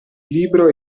libro